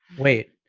wait,